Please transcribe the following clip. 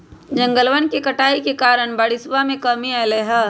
जंगलवन के कटाई के कारण बारिशवा में कमी अयलय है